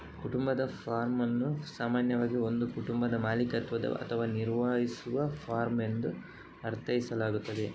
ಕುಟುಂಬದ ಫಾರ್ಮ್ ಅನ್ನು ಸಾಮಾನ್ಯವಾಗಿ ಒಂದು ಕುಟುಂಬದ ಮಾಲೀಕತ್ವದ ಅಥವಾ ನಿರ್ವಹಿಸುವ ಫಾರ್ಮ್ ಎಂದು ಅರ್ಥೈಸಲಾಗುತ್ತದೆ